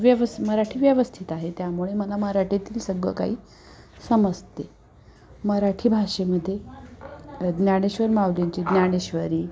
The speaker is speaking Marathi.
व्यवस् मराठी व्यवस्थित आहे त्यामुळे मला मराठीतील सगळं काही समसते मराठी भाषेमध्ये ज्ञानेश्वर माऊलींची ज्ञानेश्वरी